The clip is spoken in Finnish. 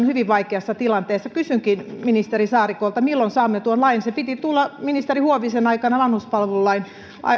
hyvin vaikeassa tilanteessa kysynkin ministeri saarikolta milloin saamme tuon lain sen piti tulla ministeri huovisen aikana vanhuspalvelulain